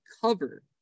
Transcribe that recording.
cover